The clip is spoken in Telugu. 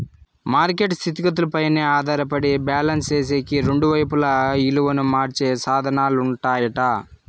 మార్కెట్ స్థితిగతులపైనే ఆధారపడి బ్యాలెన్స్ సేసేకి రెండు వైపులా ఇలువను మార్చే సాధనాలుంటాయట